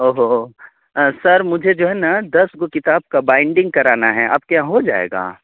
اوہو سر مجھے جو ہے نا دس گو کتاب کا بائنڈنگ کرانا ہے آپ کے یہاں ہو جائے گا